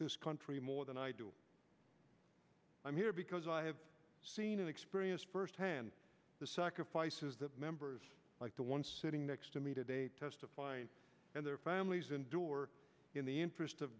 this country more than i do i'm here because i have seen and experienced firsthand the sacrifices that members like the one sitting next to me today testifying and their families endure in the interest of